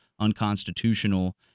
unconstitutional